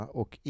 och